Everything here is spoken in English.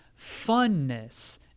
funness